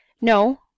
no